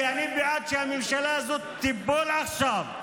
כי אני בעד שהממשלה הזאת תיפול עכשיו.